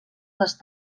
les